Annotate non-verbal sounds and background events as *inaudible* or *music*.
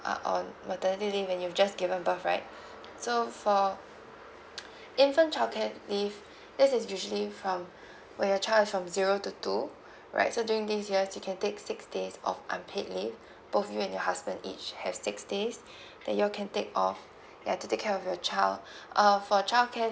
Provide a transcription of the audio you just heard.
are on maternity leave when you've just given birth right *breath* so for infant child care leave *breath* this is usually from *breath* when your child is from zero to two *breath* right so during these years you can take six days of unpaid leave *breath* both you and your husband each has six days *breath* that you all can take off *breath* ya to take care of your child *breath* uh for child care